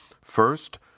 First